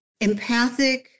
empathic